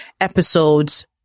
episodes